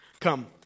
Come